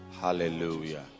Hallelujah